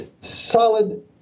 solid